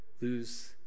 lose